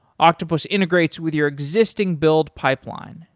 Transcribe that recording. octopus integrates with your existing build pipeline,